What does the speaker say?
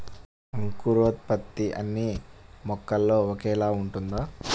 అంకురోత్పత్తి అన్నీ మొక్కల్లో ఒకేలా ఉంటుందా?